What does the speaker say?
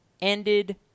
ended